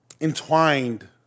entwined